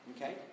Okay